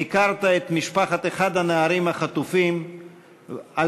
ביקרת את משפחת אחד הנערים החטופים על